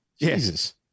Jesus